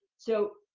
so,